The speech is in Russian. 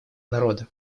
народа